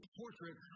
portrait